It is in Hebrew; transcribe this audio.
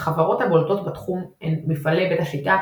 החברות הבולטות בתחום הן מפעלי בית השיטה,